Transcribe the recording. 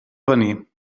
avenir